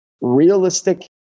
realistic